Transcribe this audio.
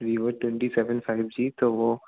Vivo twenty seven five G तो वह